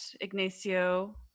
Ignacio